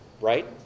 right